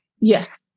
Yes